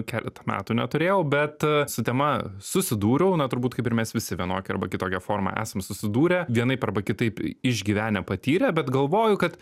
keletą metų neturėjau bet su tema susidūriau na turbūt kaip ir mes visi vienokia arba kitokia forma esam susidūrę vienaip arba kitaip išgyvenę patyrę bet galvoju kad